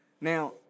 Now